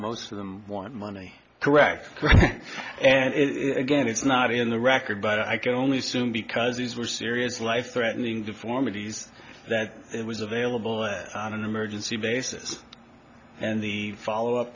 most of them want money correct and again it's not in the record but i can only assume because these were serious life threatening deformities that it was available on an emergency basis and the follow up